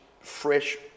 fresh